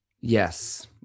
Yes